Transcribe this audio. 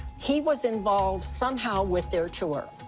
he was involved somehow with their tour.